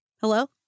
Hello